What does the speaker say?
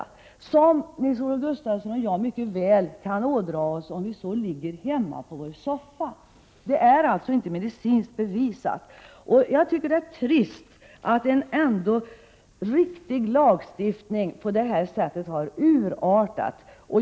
Det är skador som Nils-Olof Gustafsson och jag mycket väl skulle kunna ådra oss även om vi bara låg hemma på våra soffor. Det är således inte medicinskt bevisat. Det är tråkigt att en i alla fall riktig lagstiftning har urartat på det här sättet.